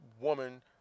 woman